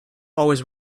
always